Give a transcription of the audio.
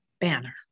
banner